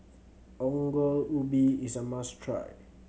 Ongol Ubi is a must try